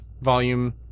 volume